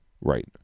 Right